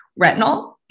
retinol